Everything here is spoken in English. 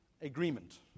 agreement